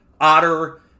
Otter